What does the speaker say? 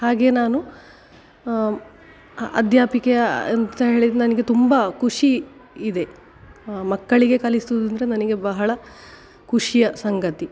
ಹಾಗೆ ನಾನು ಅಧ್ಯಾಪಿಕೆಯ ಅಂತ ಹೇಳಿದ್ರ್ ನನಗೆ ತುಂಬ ಖುಷಿ ಇದೆ ಮಕ್ಕಳಿಗೆ ಕಲಿಸುದು ಅಂದರೆ ನನಗೆ ಬಹಳ ಖುಷಿಯ ಸಂಗತಿ